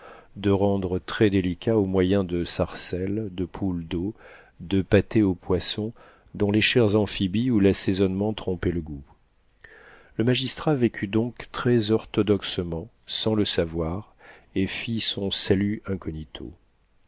de rendre très délicats au moyen de sarcelles de poules d'eau de pâtés au poisson dont les chairs amphibies ou l'assaisonnement trompaient le goût le magistrat vécut donc très orthodoxement sans le savoir et fit son salut incognito